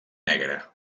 negre